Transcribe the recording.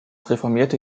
reformierte